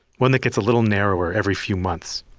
one that gets a little narrower every few months